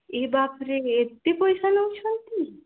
ଏ ବାପରେ ଏତେ ପଇସା ନେଉଛନ୍ତି